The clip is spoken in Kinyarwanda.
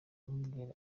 amubwira